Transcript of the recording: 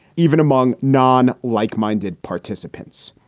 even among non like minded participants.